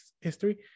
history